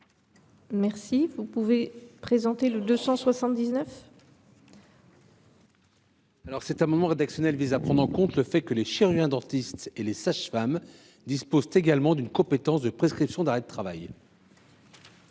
est à M. le président de la commission. Cet amendement rédactionnel vise à prendre en compte le fait que les chirurgiens dentistes et les sages femmes disposent également d’une compétence de prescription d’arrêt de travail.